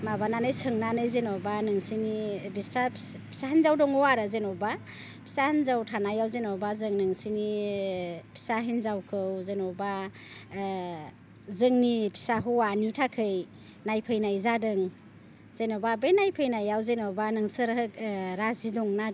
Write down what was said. माबानानै सोंनानै जेनेबा नोंसोरनि बिस्रा फिसा हिन्जाव दङ आरो जेनेबा फिसा हिन्जाव थानायाव जेनेबा जों नोंसिनि फिसा हिन्जावखौ जेनेबा जोंनि फिसा हौवानि थाखाय नायफैनाय जादों जेनेबा बे नायफैनायाव जेनेबा नोंसोरो राजि दंना गैया